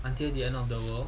until the end of the world